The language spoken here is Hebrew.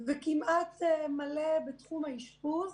וכמעט מלא בתחום האשפוז.